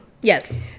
Yes